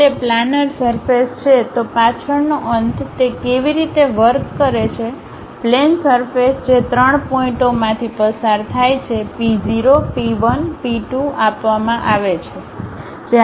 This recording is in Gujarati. જો તે પ્લાનર સરફેસ છે તો પાછળનો અંત તે કેવી રીતે વર્ક કરે છે પ્લેન સરફેસ જે ત્રણ પોઇન્ટઓમાંથી પસાર થાય છે P 0 P 1 P 2 આપવામાં આવે છે